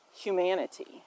humanity